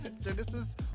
Genesis